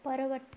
ପରବର୍ତ୍ତୀ